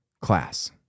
class